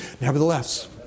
Nevertheless